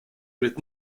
with